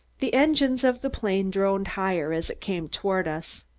the engines of the plane droned higher as it came toward us.